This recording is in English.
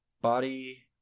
body